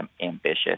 ambitious